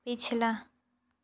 पिछला